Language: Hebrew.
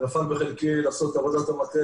ונפל בחלקי לעשות את עבודת המטה,